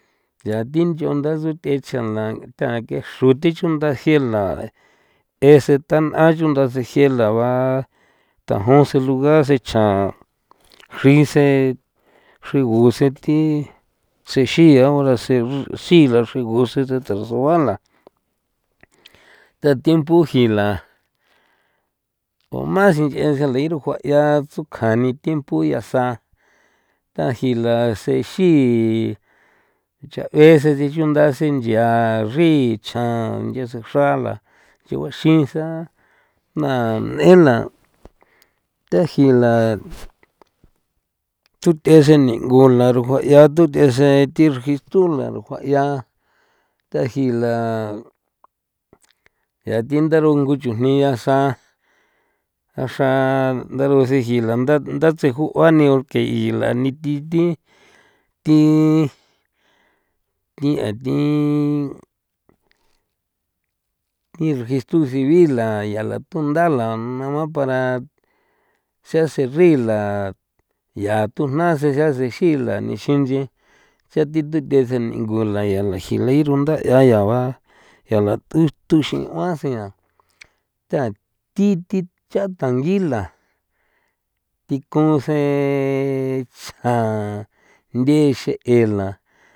Ya thi nchunda tsuthe'e chjan na kexro thi chunda je la ese tan ayo ndasije la ba a tajon sen luga se chjan xri sen xrigo sen thi sexin ya gura sen xi xi la xrigu sen terso a la ta tiempo ji la oma sinchꞌe sen liro juaꞌia tsukjan ni tiempoꞌ ya sa taji la sen xi cha' besen sichunda sen nchia xri chjan nge sen xra la se guaxin sa na n'en la tajin la thuthꞌe sen ni'ngu la rajua'ia tuthꞌe sen thi registro la rujuaꞌia taji la ya thi ndarungu chujni yasa ndaxra nda rusen jila nda ndatsejoꞌa ni ke la ni thi ithi thi thi a thi i registru civil la ya la tunda la nama para xase ri la yaa tujna sen ya sen xi la nixin nchi ya thi tuthꞌe sen niꞌng la ya la ji lirunda eaba ya, ya la tuxin uan sen nya ya thi thi cha tangi la thikon sen tsja nthi xeꞌe la.